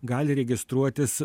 gali registruotis